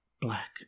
black